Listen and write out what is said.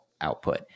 output